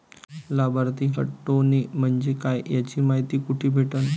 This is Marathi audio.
लाभार्थी हटोने म्हंजे काय याची मायती कुठी भेटन?